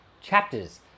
chapters